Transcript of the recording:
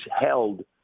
held